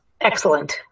Excellent